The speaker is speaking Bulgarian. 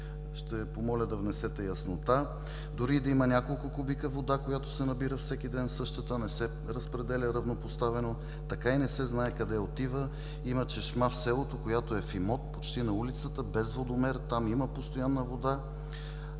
Ще помоля да внесете яснота. „Дори да има няколко кубика вода, която се набира всеки ден, същата не се разпределя равнопоставено. Така и не се знае къде отива. Има чешма в селото, която е в имот, почти на улицата, без водомер. Там има постоянна вода.